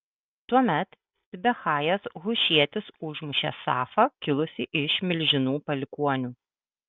tuomet sibechajas hušietis užmušė safą kilusį iš milžinų palikuonių